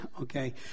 okay